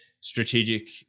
strategic